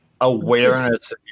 Awareness